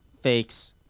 fakes